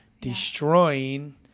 destroying